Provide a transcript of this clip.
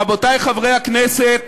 רבותי חברי הכנסת,